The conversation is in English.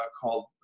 called